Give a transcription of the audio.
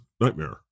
nightmare